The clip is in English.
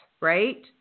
right